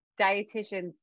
dietitians